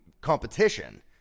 competition